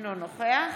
אינו נוכח